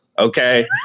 Okay